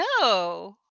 No